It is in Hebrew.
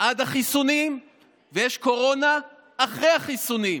עד החיסונים ויש קורונה אחרי החיסונים.